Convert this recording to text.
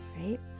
right